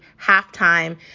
halftime